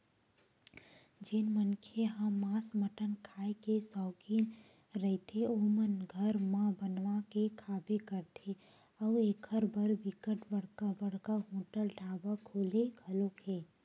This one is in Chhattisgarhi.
जेन मनखे ह मांस मटन खांए के सौकिन रहिथे ओमन घर म बनवा के खाबे करथे अउ एखर बर बिकट बड़का बड़का होटल ढ़ाबा खुले घलोक हे